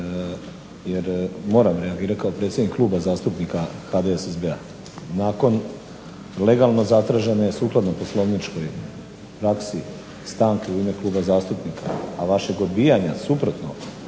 jer moram reagirati kao predsjednik Kluba zastupnika HDSSB-a nakon legalno zatražene, sukladno poslovničkoj praksi, stanke u ime Kluba zastupnika, a vašeg odbijanja suprotnog